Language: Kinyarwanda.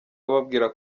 ababwira